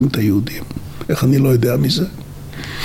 את היהודים, איך אני לא יודע מזה